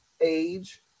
age